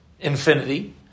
infinity